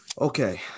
okay